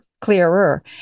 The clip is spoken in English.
clearer